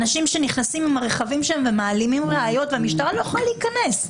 אנשים שנכנסים עם הרכבים שלהם ומעלימים ראיות והמשטרה לא יכולה להיכנס.